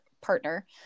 partner